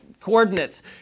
coordinates